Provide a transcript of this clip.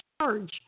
charge